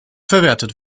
verwertet